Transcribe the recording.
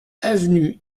avenue